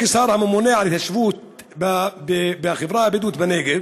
כשר הממונה על ההתיישבות של החברה הבדואית בנגב,